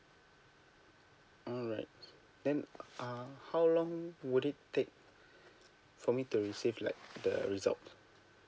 alright then uh how long would it take for me to receive like the result